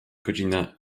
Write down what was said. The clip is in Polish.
godzina